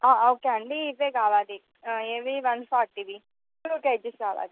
okay అండి ఇవే కావాలి ఏవి వన్ ఫార్టీవి టూ కేజెస్ కావాలి